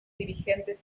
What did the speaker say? dirigentes